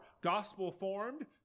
gospel-formed